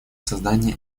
создание